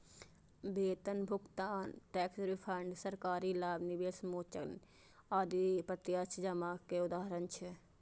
वेतन भुगतान, tax refund, सरकारी लाभ, निवेश मोचन आदि प्रत्यक्ष जमा के उदाहरण छियै